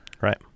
right